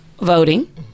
voting